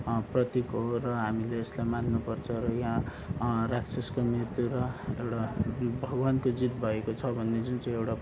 प्रतीक हो र हामीले यसलाई मान्नुपर्छ र यहाँ राक्षसको मृत्यु र एउटा भगवानको जित भएको छ भन्ने जुन चाहिँ एउटा